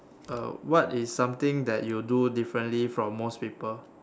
uh what is something that you do differently from most people